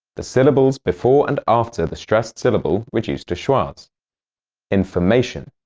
the syllables before and after the stressed syllable reduce to schwas information.